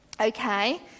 Okay